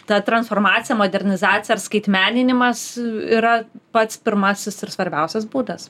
ta transformacija modernizacija ar skaitmeninimas yra pats pirmasis ir svarbiausias būdas